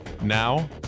Now